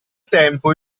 tempo